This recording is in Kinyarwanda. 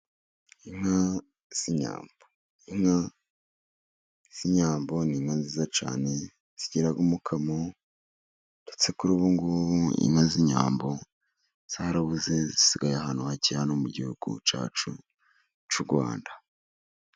Inka z'inyambo, inka z'inyambo ni inka nziza cyane zigira umukamo. Ndetse kuri ubu ngubu inka z'inyambo zarabuze, zisigaye ahantu hacye hano mu gihugu cyacu cy'u Rwanda.